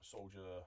Soldier